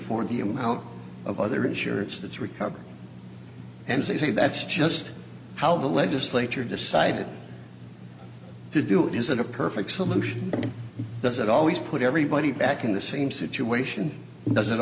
for the amount of other insurance that's recovered and they say that's just how the legislature decided to do it is it a perfect solution does it always put everybody back in the same situation does it